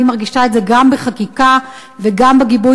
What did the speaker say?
אני מרגישה את זה גם בחקיקה וגם בגיבוי